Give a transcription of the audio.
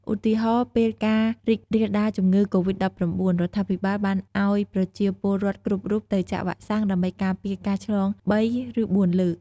ឧទាហរណ៍ ពេលការរីករាលដាលជំងឺ កូវីត១៩ រដ្ឋាភិបាលបានអោយប្រជាពលរដ្ឋគ្រប់រូបទៅចាក់វ៉ាក់សាំងដើម្បីការពារការឆ្លង ៣ ឬ ៤ លើក។